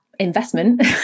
investment